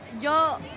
Yo